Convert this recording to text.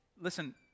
listen